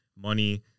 money